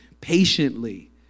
patiently